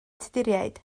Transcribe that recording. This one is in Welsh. tuduriaid